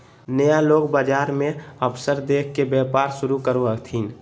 नया लोग बाजार मे अवसर देख के व्यापार शुरू करो हथिन